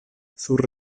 sur